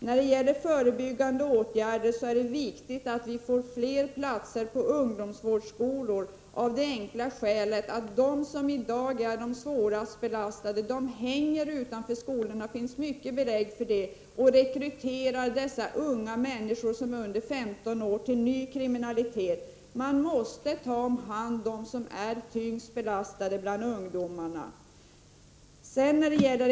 När det gäller förebyggande åtgärder är det viktigt att det skapas fler platser på ungdomsvårdsskolor, av det enkla skälet att de ungdomar som i dag är de svårast belastade hänger utanför skolorna — det finns det många belägg för — och rekryterar ungdomar under 15 år till ny kriminalitet. De mest belastade ungdomarna måste tas om hand.